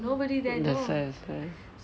that's right that's right